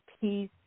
Peace